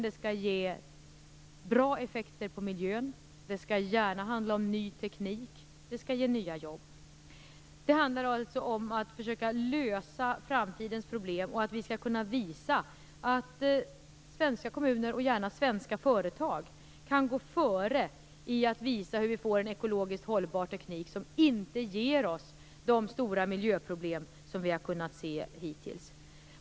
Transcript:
Det skall ge bra effekter på miljön, det skall gärna handla om ny teknik, och det skall ge nya jobb. Det handlar alltså om att försöka lösa framtidens problem och att svenska kommuner och gärna svenska företag skall kunna gå före och visa hur vi får en ekologiskt hållbar teknik som inte ger oss de stora miljöproblem vi har kunnat se hittills.